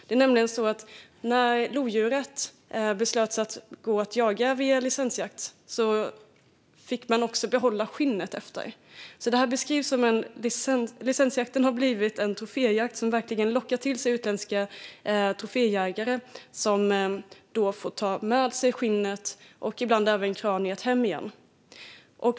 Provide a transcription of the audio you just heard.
Det är nämligen så att när det beslutades om jakt på lodjur genom licensjakt fick jägarna också behålla skinnet. Licensjakten har blivit en troféjakt som verkligen lockar till sig utländska troféjägare som får ta med sig skinnet och ibland även kraniet hem.